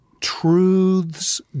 truths